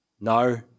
no